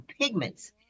pigments